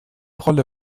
rolle